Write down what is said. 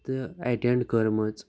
تہٕ ایٚٹینٛڈ کٔرمٕژ